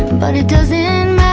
but it doesn't